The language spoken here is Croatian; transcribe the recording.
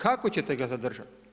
Kako ćete ga zadržat?